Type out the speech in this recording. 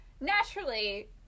Naturally